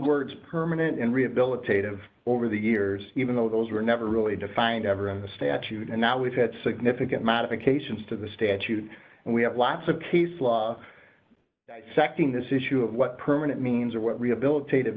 words permanent and rehabilitative over the years even though those were never really defined ever in the statute and now we've had significant modifications to the statute and we have lots of case law sacking this issue of what permanent means or what rehabilitat